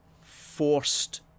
Forced